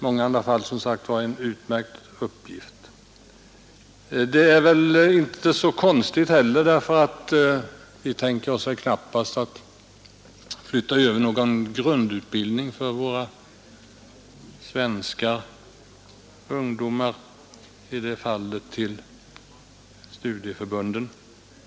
Det är väl inte heller så underligt, för vi kan väl knappast tänka oss att till studieförbunden flytta över en grundutbildning liknande den som ges till våra svenska ungdomar.